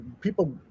people